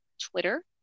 Twitter